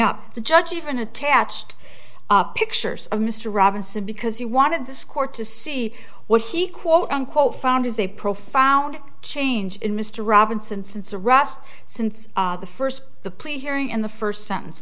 up the judge even attached pictures of mr robinson because he wanted this court to see what he quote unquote found as a profound change in mr robinson since arrest since the first the plea hearing in the first sentence